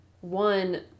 one